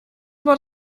man